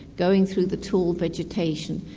going through the tall vegetation,